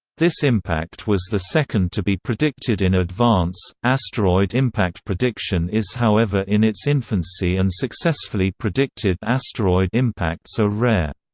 this impact was the second to be predicted in advance asteroid impact prediction is however in its infancy and successfully predicted asteroid impacts are rare.